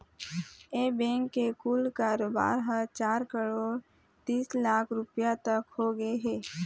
ए bank के कुल कारोबार ह चार करोड़ तीस लाख रूपिया तक होगे हे